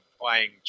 playing